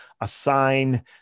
assign